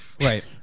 Right